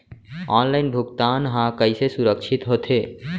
Online भुगतान हा कइसे सुरक्षित होथे?